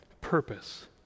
purpose